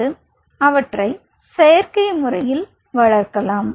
பின்பு அவற்றை செயற்கை முறையில் வளர்க்கலாம்